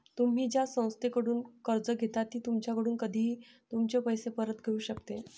तुम्ही ज्या संस्थेकडून कर्ज घेता ती तुमच्याकडून कधीही तुमचे पैसे परत घेऊ शकते